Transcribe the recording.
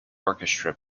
orchestra